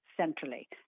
centrally